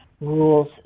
rules